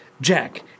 Jack